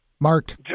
Mark